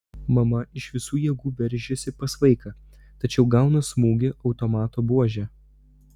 mama iš visų jėgų veržiasi pas vaiką tačiau gauna smūgį automato buože